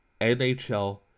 NHL